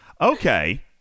Okay